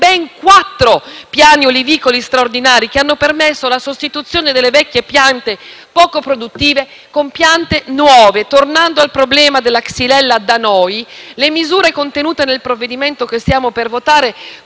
ben quattro piani olivicoli straordinari, che hanno permesso la sostituzione delle vecchie piante poco produttive con piante nuove. Tornando al problema della xylella in Italia, le misure contenute nel provvedimento che stiamo per votare